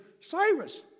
Cyrus